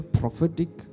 prophetic